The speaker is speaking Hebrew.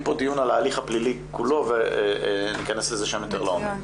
דיון על ההליך הפלילי כולו וניכנס לזה שם יותר לעומק.